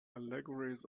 allegories